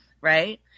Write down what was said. right